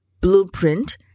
blueprint